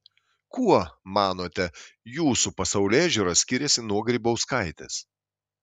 kuo manote jūsų pasaulėžiūra skiriasi nuo grybauskaitės